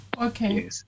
Okay